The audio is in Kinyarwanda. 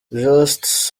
just